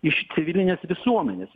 iš civilinės visuomenės